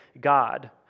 God